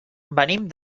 venim